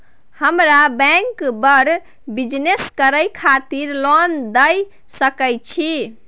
हमरा बैंक बर बिजनेस करे खातिर लोन दय सके छै?